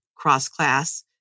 cross-class